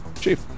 Chief